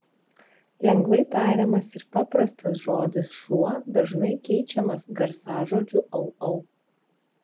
lengvai tariamas ir paprastas žodis šuo dažnai keičiamas garsažodžiu au au